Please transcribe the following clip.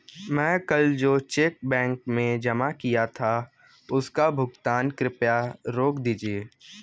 मैं कल जो चेक बैंक में जमा किया था उसका भुगतान कृपया रोक दीजिए